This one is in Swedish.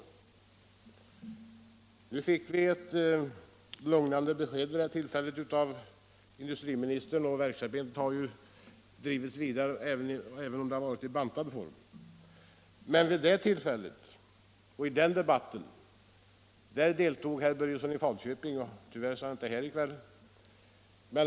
Vid det tillfället fick vi ett lugnande besked av industriministern, och arbetet på Ranstadsverket har ju drivits vidare även om det vari i bantad form. I den debatten deltog herr Börjesson i Falköping — tyvärr är han inte här i kväll.